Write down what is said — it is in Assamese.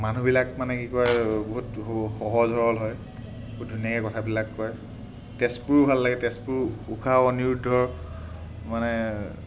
মানুহবিলাক মানে কি কয় বহুত সহজ সৰল হয় বহুত ধুনীয়াকৈ কথাবিলাক কয় তেজপুৰো ভাল লাগে তেজপুৰ উষা অনিৰুদ্ধ মানে